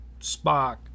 Spock